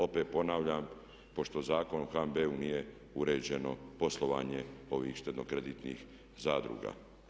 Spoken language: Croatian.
Opet ponavljam pošto Zakonom o HNB-u nije uređeno poslovanje ovih štedno-kreditnih zadruga.